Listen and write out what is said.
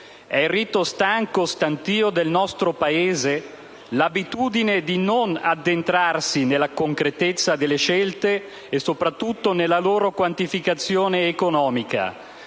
È il rito stanco, stantio, del nostro Paese: l'abitudine di non addentrarsi nella concretezza delle scelte e soprattutto nella loro quantificazione economica,